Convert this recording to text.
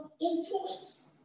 influence